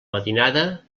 matinada